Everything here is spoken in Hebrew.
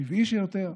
טבעי שיותר.